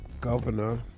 Governor